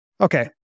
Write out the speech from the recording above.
okay